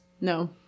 No